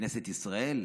כנסת ישראל,